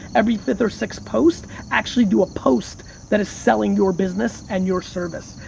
every fifth or sixth post, actually do a post that is selling your business and your service.